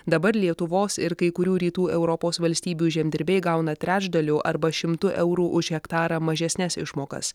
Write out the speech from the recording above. dabar lietuvos ir kai kurių rytų europos valstybių žemdirbiai gauna trečdaliu arba šimtu eurų už hektarą mažesnes išmokas